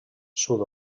sud